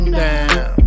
down